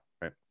right